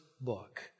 book